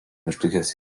išlikęs